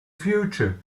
future